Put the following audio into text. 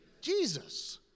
Jesus